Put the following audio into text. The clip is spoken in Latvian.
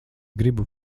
gribu